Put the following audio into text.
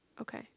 Okay